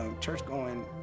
church-going